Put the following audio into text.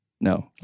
No